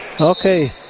Okay